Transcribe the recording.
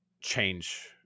change